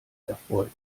erfreut